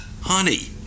Honey